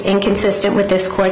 inconsistent with this quite